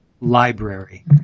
library